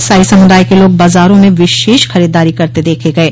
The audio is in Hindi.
इसाई समुदाय के लोग बाजारों में विशेष खरीददारी करते देखे गये